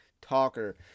talker